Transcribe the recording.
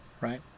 right